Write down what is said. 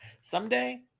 Someday